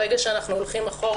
ברגע שאנחנו הולכים אחורה,